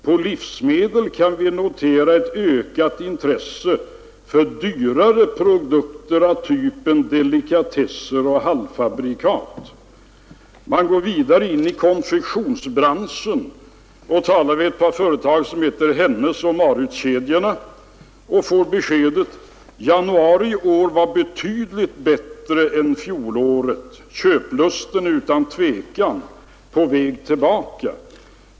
På livsmedel kan vi notera ett ökat intresse för dyrare produkter av typen delikatesser och halvfabrikat.” Man går vidare till konfektionsbranschen och talar med ett par företag som heter Hennesoch Mauritz-kedjorna och får beskedet: ”Januari i år var betydligt bättre än fjolåret. ——— Köplusten är utan tvekan på väg tillbaka.